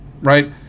right